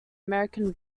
american